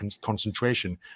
concentration